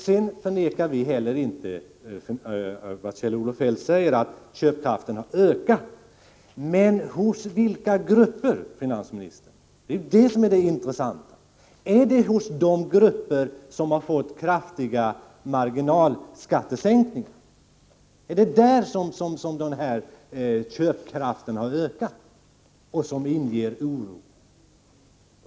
Vi förnekar inte heller att köpkraften har ökat. Men hos vilka grupper, finansministern? Det är det intressanta. Är det hos de grupper som har fått kraftiga marginalskattesänkningar? Är det hos dem som köpkraften har ökat, en ökning som inger oro?